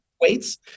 weights